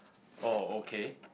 oh okay